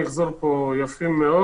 אנחנו